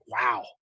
wow